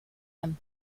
him